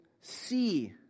see